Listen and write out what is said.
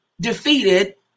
defeated